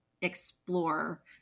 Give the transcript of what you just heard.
explore